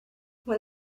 when